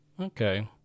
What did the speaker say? Okay